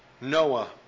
Noah